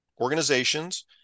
organizations